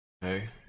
Hey